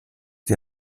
die